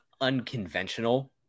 unconventional